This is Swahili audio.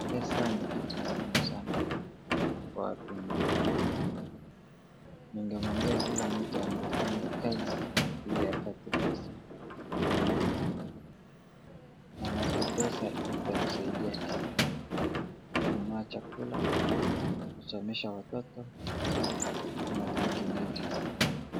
Pesa ni kitu muhimu sana kwa binadamu. Ningewaambia kila mtu angefanya kazi ili apate pesa au aunde, maanake pesa itamsaidia kesho. Kununua chakula, kusomesha watoto na vinginevyo.